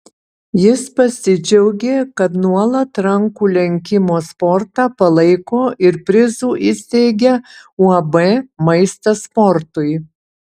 jis pasidžiaugė kad nuolat rankų lenkimo sportą palaiko ir prizų įsteigia uab maistas sportui